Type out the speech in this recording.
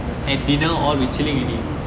at dinner all we chilling already